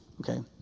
okay